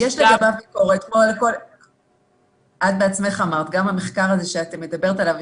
את בעצמך אמרת גם המחקר שאת מדברת עליו,